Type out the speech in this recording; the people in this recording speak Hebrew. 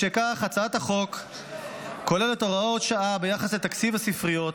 מה הקשר ----- משכך הצעת החוק כוללת הוראת שעה ביחס לתקציב הספריות,